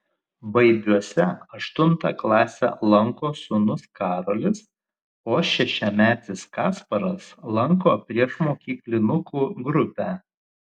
baibiuose aštuntą klasę lanko sūnus karolis o šešiametis kasparas lanko priešmokyklinukų grupę